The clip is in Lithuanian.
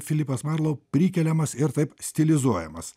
filipas marlau prikeliamas ir taip stilizuojamas